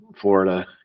Florida